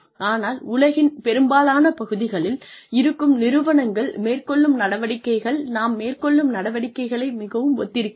ஆனால் உலகின் பெரும்பாலான பகுதிகளில் இருக்கும் நிறுவனங்கள் மேற்கொள்ளும் நடவடிக்கைகள் நாம் மேற்கொள்ளும் நடவடிக்கைகளை மிகவும் ஒத்திருக்கிறது